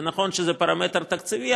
זה נכון שזה פרמטר תקציבי,